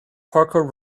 parkour